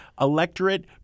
electorate